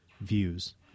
views